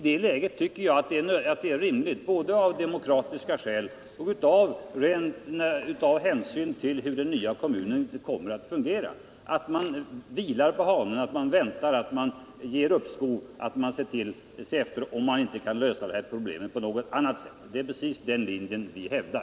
Därför är det — av demokratiska skäl och med hänsyn till hur den nya kommunen kommer att fungera — rimligt att man vilar på hanen och ger uppskov med sammanläggningen. Man bör se efter om det inte går att lösa problemet på något annat sätt. Det är den linje vi hävdar.